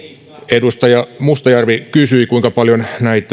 edustaja mustajärvi kysyi kuinka paljon